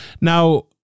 now